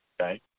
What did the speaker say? okay